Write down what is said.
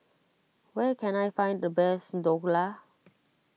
where can I find the best Dhokla